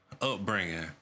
upbringing